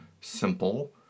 simple